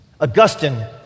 Augustine